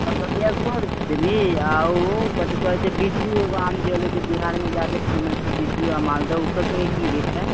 कलकतिआ सए रुपैए देलही आ ओ कथी कहैत छै बिज्जू एगो आम जे होलै जे बिहारमे ज्यादा फेमस छै बिज्जू आ मालदह ओकरसभके की रेट हइ